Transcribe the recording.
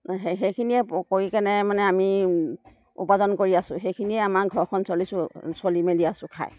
সেই সেইখিনিয়ে কৰি কেনে মানে আমি উপাৰ্জন কৰি আছোঁ সেইখিনিয়ে আমাৰ ঘৰখন চলিছোঁ চলি মেলি আছোঁ খায়